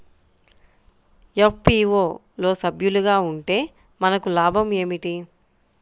FPO లో సభ్యులుగా ఉంటే మనకు లాభం ఏమిటి?